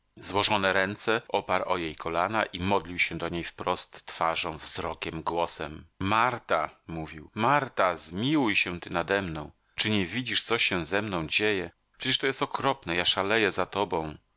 złożone ręce oparł o jej kolana i modlił się do niej wprost twarzą wzrokiem głosem marta mówił marta zmiłuj się ty nademną czy nie widzisz co się ze mną dzieje przecież to jest okropne ja szaleję za tobą